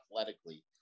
athletically